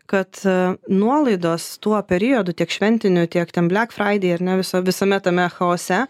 kad nuolaidos tuo periodu tiek šventiniu tiek ten blek fraidei ar ne viso visame tame chaose